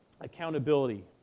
Accountability